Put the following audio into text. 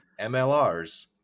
mlrs